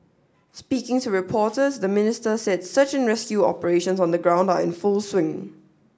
speaking to reporters the Minister said search and rescue operations on the ground are in full swing